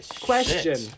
question